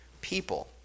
people